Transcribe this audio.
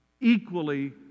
equally